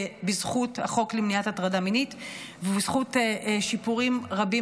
בזכות החוק למניעת הטרדה מינית ובזכות שיפורים רבים